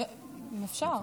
אם אפשר.